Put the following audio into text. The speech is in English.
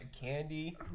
candy